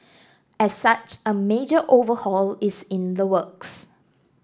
as such a major overhaul is in the works